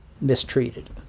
mistreated